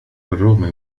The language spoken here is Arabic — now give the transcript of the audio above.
بالرغم